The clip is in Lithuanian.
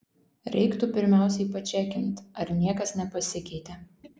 reiktų pirmiausiai pačekint ar niekas nepasikeitė